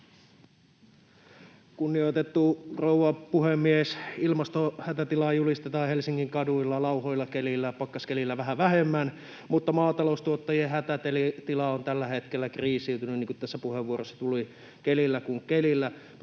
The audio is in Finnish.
Kunnioitettu rouva puhemies! Ilmastohätätilaa julistetaan Helsingin kaduilla lauhoilla keleillä, pakkaskelillä vähän vähemmän, mutta maataloustuottajien hätätila on tällä hetkellä kriisiytynyt, niin kuin tässä puheenvuoroissa tuli, kelillä kuin kelillä.